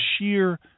sheer